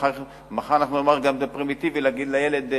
מחר גם נגיד שזה פרימיטיבי להגיד לילד,